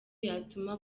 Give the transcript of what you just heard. yatuma